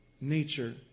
nature